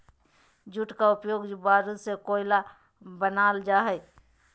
jute का उपयोग बारूद से कोयला बनाल जा हइ